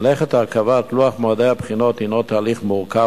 מלאכת הרכבת לוח הבחינות היא תהליך מורכב,